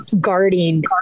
guarding